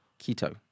Keto